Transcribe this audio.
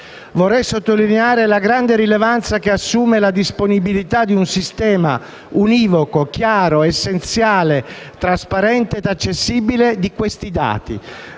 Vorrei sottolineare la grande rilevanza che assume la disponibilità di un sistema univoco, chiaro, essenziale, trasparente e accessibile di questi dati,